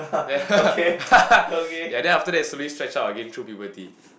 then ya then after that slowly stretch out again through puberty